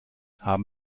haben